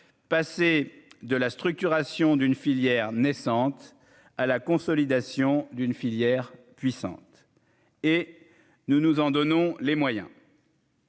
passer de la structuration d'une filière naissante à la consolidation d'une filière puissante et nous nous en donnons les moyens.